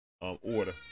order